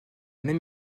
même